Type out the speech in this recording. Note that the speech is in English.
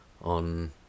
on